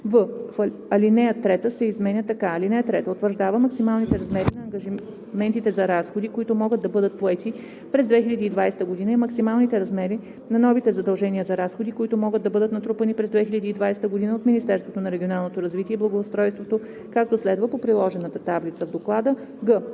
в) алинея 3 се изменя така: „(3) Утвърждава максималните размери на ангажиментите за разходи, които могат да бъдат поети през 2020 г., и максималните размери на новите задължения за разходи, които могат да бъдат натрупани през 2020 г. от Министерството на регионалното развитие и благоустройството, както следва: по приложената таблица в Доклада.“